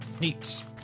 Neat